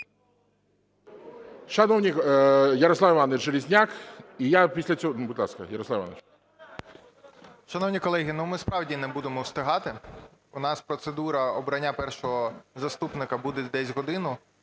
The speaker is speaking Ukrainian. Шановні колеги, ми справді не будемо встигати. У нас процедура обрання першого заступника буде десь годину.